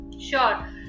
sure